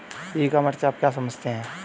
ई commerce से आप क्या समझते हैं?